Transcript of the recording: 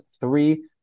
three